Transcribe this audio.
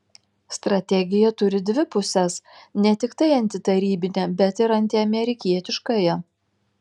strategija turi dvi puses ne tiktai antitarybinę bet ir antiamerikietiškąją